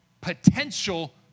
potential